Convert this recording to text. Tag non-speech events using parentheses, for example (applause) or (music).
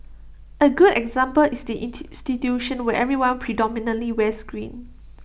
A good example is the (hesitation) institution where everyone predominantly wears green